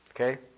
Okay